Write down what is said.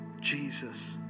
Jesus